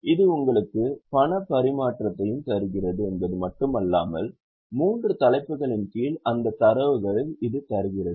இது உங்களுக்கு பணப்பரிமாற்றத்தையும் தருகிறது என்பது மட்டுமல்லாமல் மூன்று தலைப்புகளின் கீழ் அந்த தரவுகளை இது தருகிறது